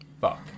Fuck